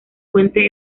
puente